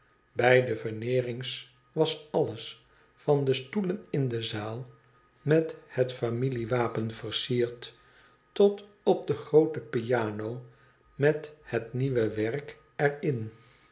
bij de veneerings was alles van de stoelen in de zaal met het fainiliewapen versierd tot op de groote piano met het nieuwe werk er